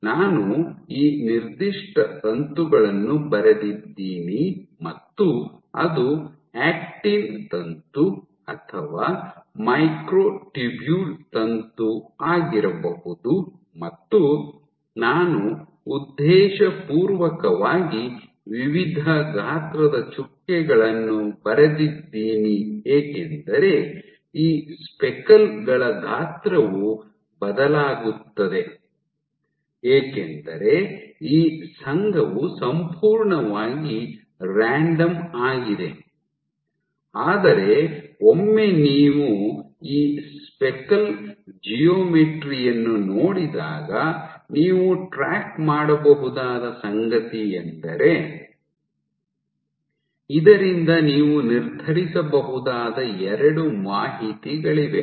ನಾನು ಈ ನಿರ್ದಿಷ್ಟ ತಂತುಗಳನ್ನು ಬರೆದಿದ್ದೀನಿ ಮತ್ತು ಅದು ಆಕ್ಟಿನ್ ತಂತು ಅಥವಾ ಮೈಕ್ರೊಟ್ಯೂಬ್ಯೂಲ್ ತಂತು ಆಗಿರಬಹುದು ಮತ್ತು ನಾನು ಉದ್ದೇಶಪೂರ್ವಕವಾಗಿ ವಿವಿಧ ಗಾತ್ರದ ಚುಕ್ಕೆಗಳನ್ನು ಬರೆದಿದ್ದೀನಿ ಏಕೆಂದರೆ ಈ ಸ್ಪೆಕಲ್ ಗಳ ಗಾತ್ರವು ಬದಲಾಗುತ್ತದೆ ಏಕೆಂದರೆ ಈ ಸಂಘವು ಸಂಪೂರ್ಣವಾಗಿ ರಾಂಡಮ್ ಆಗಿದೆ ಆದರೆ ಒಮ್ಮೆ ನೀವು ಈ ಸ್ಪೆಕಲ್ ಜಿಯೋಮೆಟ್ರಿ ಯನ್ನು ನೋಡಿದಾಗ ನೀವು ಟ್ರ್ಯಾಕ್ ಮಾಡಬಹುದಾದ ಸಂಗತಿಯೆಂದರೆ ಇದರಿಂದ ನೀವು ನಿರ್ಧರಿಸಬಹುದಾದ ಎರಡು ಮಾಹಿತಿಗಳಿವೆ